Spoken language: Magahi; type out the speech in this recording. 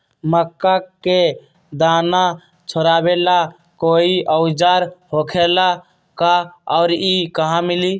मक्का के दाना छोराबेला कोई औजार होखेला का और इ कहा मिली?